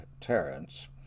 Terence